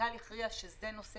המנכ"ל הכריע שזה נושא